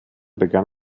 begann